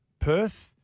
Perth